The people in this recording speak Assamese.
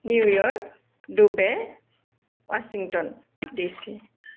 New York Dubai Washington DC